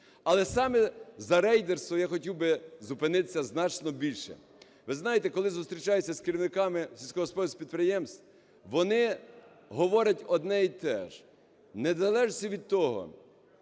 Але саме за рейдерство я хотів би зупинитися значно більше. Ви знаєте, коли зустрічаєшся з керівниками сільськогосподарських підприємств, вони говорять одне і те ж: незалежно від того,